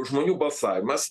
žmonių balsavimas